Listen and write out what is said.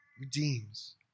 redeems